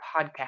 podcast